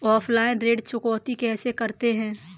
Offline ऋण चुकौती कैसे करते हैं?